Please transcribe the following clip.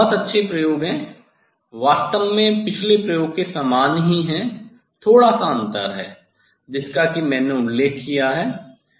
ये भी बहुत अच्छे प्रयोग हैं वास्तव में पिछले प्रयोग के समान ही है थोड़ा सा अंतर है जिसका कि मैंने उल्लेख किया है